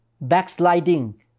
backsliding